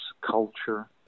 culture